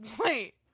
Wait